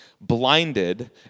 blinded